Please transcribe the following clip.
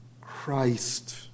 Christ